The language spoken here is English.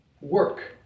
work